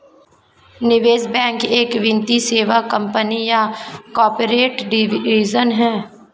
निवेश बैंक एक वित्तीय सेवा कंपनी या कॉर्पोरेट डिवीजन है